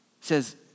says